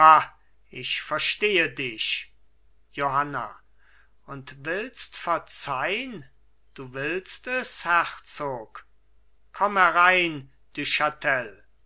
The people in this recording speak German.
ich verstehe dich johanna und willst verzeihn du willst es herzog komm herein du chatel